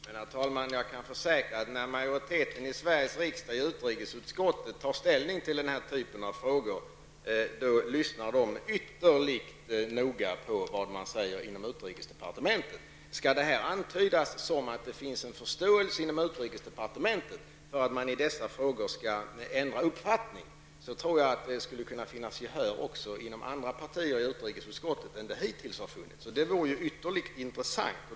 Herr talman! Jag kan försäkra att när majoriteten av Sveriges riksdag i utrikesutskottet tar ställning till den här typen av frågor, lyssnar man ytterligt noga på vad som sägs inom utrikesdepartementet. Skall detta antyda att det inom utrikesdepartementet finns en förståelse för att man i dessa frågor skall ändra uppfattning, tror jag att det i utrikesutskottet skulle kunna finnas gehör även inom andra partier än vad som hittills har varit fallet. Det vore ytterligt intressant.